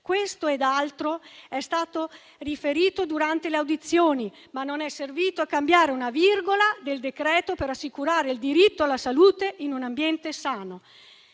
Questo ed altro è stato riferito durante le audizioni, ma non è servito a cambiare una virgola del decreto-legge per assicurare il diritto alla salute in un ambiente sano.